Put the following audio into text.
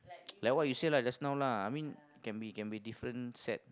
like what you said lah just now lah I mean can be can be different set